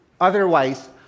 Otherwise